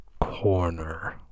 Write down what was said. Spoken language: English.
Corner